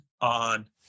on